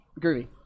Groovy